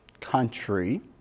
country